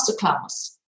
masterclass